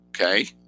Okay